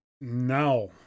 Now